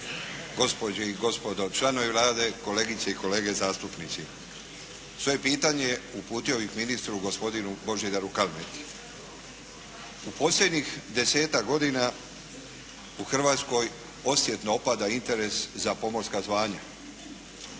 gospodinu Božidaru Kalmeti. U posljednjih desetak godina u Hrvatskoj osjetno opada interes za pomorska zvanja.